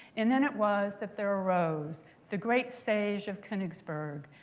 and then it was that there arose the great sage of koenigsberg,